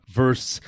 verse